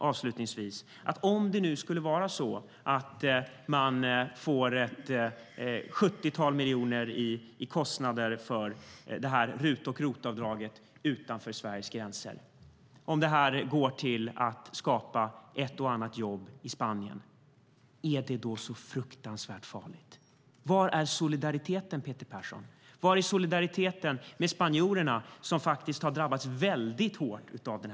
Avslutningsvis: Om det skulle vara så att det blir en kostnad om ett 70-tal miljoner för RUT och ROT-avdragen utanför Sveriges gränser och det här kan skapa ett och annat jobb i Spanien, är det då så fruktansvärt farligt? Peter Persson, var finns solidariteten med spanjorerna som drabbats väldigt hårt av krisen?